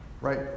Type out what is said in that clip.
right